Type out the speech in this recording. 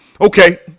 Okay